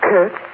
Kurt